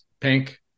pink